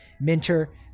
Minter